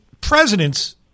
presidents